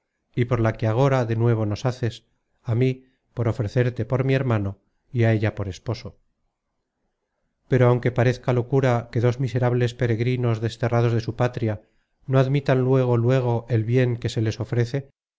y por la que agora de nuevo nos haces á mí por ofrecerte por mi hermano y á ella por esposo pero aunque parezca locura que dos miserables peregrinos desterrados de su patria no admitan luego luego el bien que se les ofrece